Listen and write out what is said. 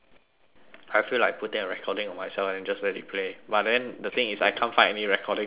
I feel like putting a recording of myself and just let it play but then the thing is I can't find any recording of myself